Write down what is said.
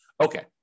Okay